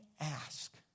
ask